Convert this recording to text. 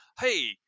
hey